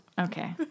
Okay